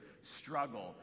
struggle